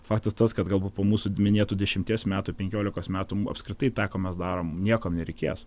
faktas tas kad galbūt po mūsų minėtų dešimties metų penkiolikos metų apskritai tą ką mes darom niekam nereikės